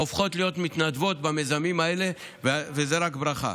הופכות להיות מתנדבות במיזמים האלה, וזו רק ברכה.